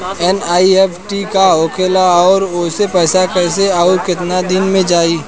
NEFT का होखेला और ओसे पैसा कैसे आउर केतना दिन मे जायी?